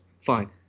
fine